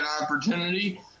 opportunity